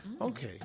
Okay